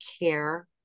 care